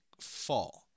fall